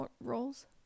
roles